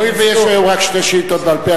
הואיל ויש היום רק שתי שאילתות בעל-פה,